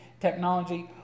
technology